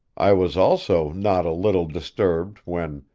i was also not a little disturbed when,